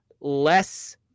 less